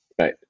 right